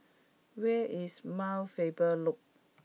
where is Mount Faber Loop